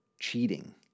cheating